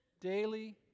daily